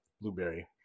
blueberry